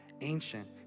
ancient